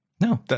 No